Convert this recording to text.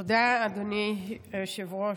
תודה, אדוני היושב-ראש.